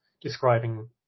describing